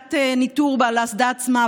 עמדת ניטור על האסדה עצמה,